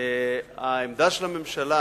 העמדה של הממשלה,